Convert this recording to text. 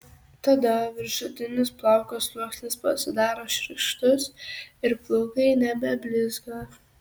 tada viršutinis plauko sluoksnis pasidaro šiurkštus ir plaukai nebeblizga